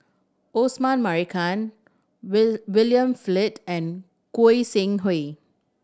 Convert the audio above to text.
Osman Merican William Flint and Goi Seng Hui